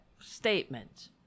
statement